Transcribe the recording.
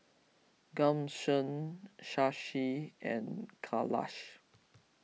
Ghanshyam Shashi and Kailash